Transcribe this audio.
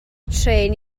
trên